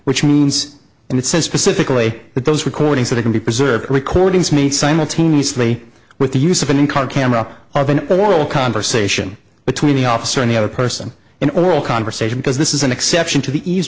which means and it says specifically that those recordings they can be preserved recordings made simultaneously with the use of an in car camera of an immoral conversation between the officer and the other person in oral conversation because this is an exception to the eas